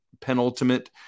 penultimate